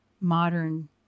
modern